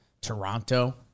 Toronto